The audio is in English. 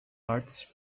arts